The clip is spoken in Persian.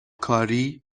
کاری